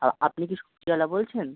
হ্যাঁ আপনি কি সবজিয়ালা বলছেন